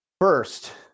First